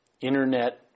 Internet